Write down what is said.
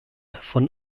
von